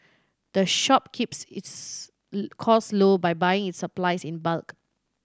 the shop keeps its cost low by buying its supplies in bulk